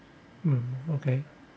mm okay